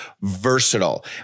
versatile